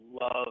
love